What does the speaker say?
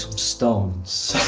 stones.